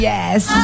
Yes